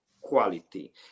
quality